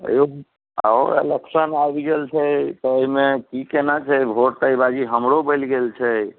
अब आओर इलेक्शन आबि गेल छै तऽ ओहिमे की केना छै भोट तऽ अइ बाजी हमरो बनि गेल छै